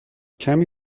کمی